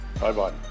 Bye-bye